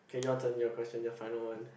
okay your turn your question your final one